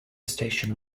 station